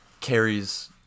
Carries